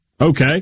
Okay